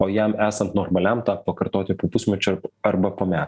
o jam esant normaliam tą pakartoti po pusmečio arba po metų